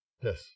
Yes